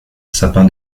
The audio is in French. sapin